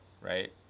right